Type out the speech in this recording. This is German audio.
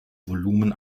volumen